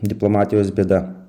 diplomatijos bėda